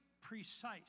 precise